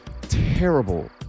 terrible